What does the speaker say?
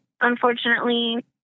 Unfortunately